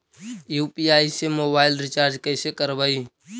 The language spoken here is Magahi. यु.पी.आई से मोबाईल रिचार्ज कैसे करबइ?